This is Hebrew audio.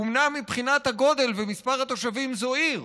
אומנם מבחינת הגודל ומספר התושבים זו עיר,